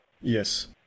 yes